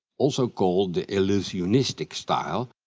also called the illusionistic style,